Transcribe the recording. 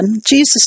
Jesus